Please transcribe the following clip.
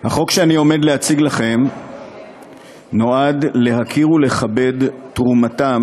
החוק שאני עומד להציג לפניכם נועד להכיר ולכבד את תרומתם